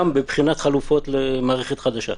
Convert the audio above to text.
גם בבחינת חלופות למערכת חדשה.